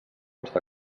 està